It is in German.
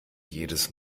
jedes